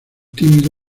tímido